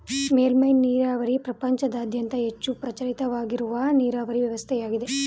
ಮೇಲ್ಮೆ ನೀರಾವರಿ ಪ್ರಪಂಚದಾದ್ಯಂತ ಹೆಚ್ಚು ಪ್ರಚಲಿತದಲ್ಲಿರುವ ನೀರಾವರಿ ವ್ಯವಸ್ಥೆಯಾಗಿದೆ